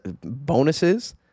bonuses